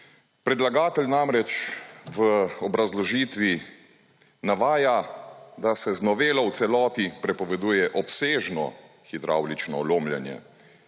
Predlagatelj namreč v obrazložitvi navaja, da se z novelo v celoti prepoveduje obsežno hidravlično lomljenje.